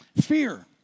Fear